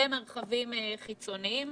במרחבים חיצוניים,